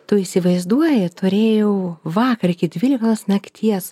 tu įsivaizduoji turėjau vakar iki dvyliktos nakties